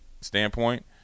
standpoint